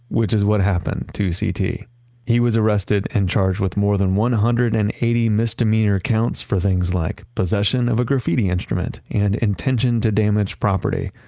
which is what happened to cete, he he was arrested and charged with more than one hundred and eighty misdemeanor counts for things like possession of a graffiti instrument and intention to damage property,